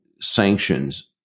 sanctions